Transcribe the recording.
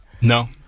No